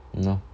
mm lor